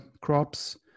crops